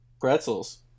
Pretzels